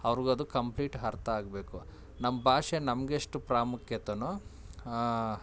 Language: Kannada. ಅವ್ರಿಗದು ಕಂಪ್ಲೀಟ್ ಅರ್ಥ ಆಗಬೇಕು ನಮ್ಮ ಭಾಷೆ ನಮಗೆಷ್ಟು ಪ್ರಾಮುಖ್ಯತೆನೋ